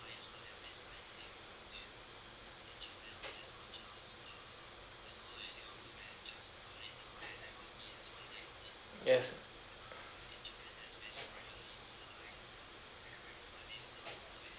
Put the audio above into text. yes